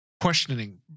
questioning